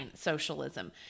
socialism